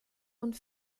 und